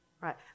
right